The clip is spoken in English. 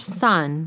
son